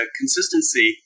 consistency